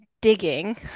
digging